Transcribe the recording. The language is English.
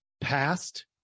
past